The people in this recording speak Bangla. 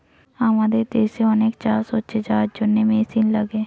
আমাদের দেশে অনেক চাষ হচ্ছে যার জন্যে মেশিন লাগে